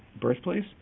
birthplace